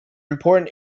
important